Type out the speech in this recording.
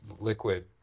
liquid